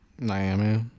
Miami